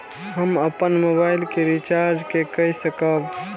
हम अपन मोबाइल के रिचार्ज के कई सकाब?